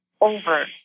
over